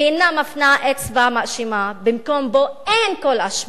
ואינה מפנה אצבע מאשימה במקום שבו אין כל אשמה,